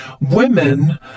women